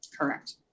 correct